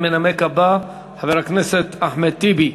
המנמק הבא, חבר הכנסת אחמד טיבי.